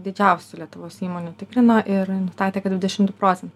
didžiausių lietuvos įmonių tikrino ir nustatė kad dvidešimt du procentai